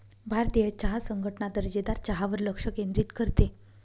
भारतीय चहा संघटना दर्जेदार चहावर लक्ष केंद्रित करते